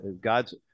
God's